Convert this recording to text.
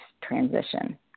transition